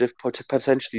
potentially